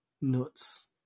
nuts